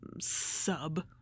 Sub